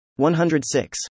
106